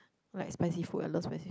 like spicy food I love spicy